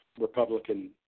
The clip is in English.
Republican